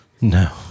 No